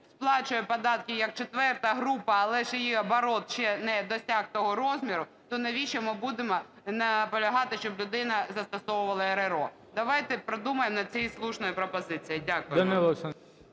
сплачує податки, як четверта група, але ще її оборот не досяг того розміру, то навіщо ми будемо наполягати, щоб людина застосовувала РРО? Давайте подумаємо над цією слушною пропозицією. Дякую.